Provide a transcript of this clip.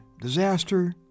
disaster